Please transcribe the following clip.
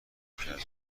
کردن